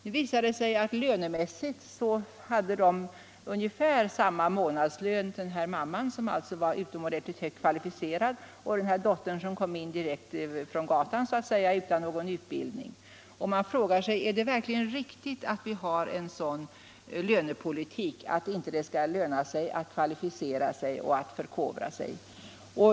Nu visade det sig att de hade ungefär samma månadslön — den utomordentligt högt kvalificerade mamman och dottern, som praktiskt taget kom in direkt från gatan utan någon utbildning. Man frågar sig: Är det verkligen riktigt att vi har en sådan lönepolitik att det inte skall löna sig att kvalificera sig och förkovra sig?